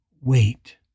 wait